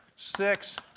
six.